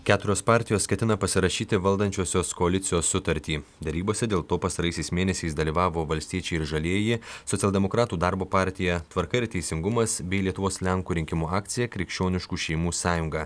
keturios partijos ketina pasirašyti valdančiosios koalicijos sutartį derybose dėl to pastaraisiais mėnesiais dalyvavo valstiečiai ir žalieji socialdemokratų darbo partija tvarka ir teisingumas bei lietuvos lenkų rinkimų akcija krikščioniškų šeimų sąjunga